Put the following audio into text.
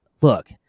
Look